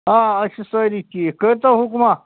آ أسۍ چھِ سٲری ٹھیٖک کٔرتو حُکماہ